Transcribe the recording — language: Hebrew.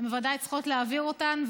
הן בוודאי צריכות להעביר אותם,